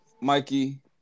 Mikey